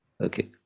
Okay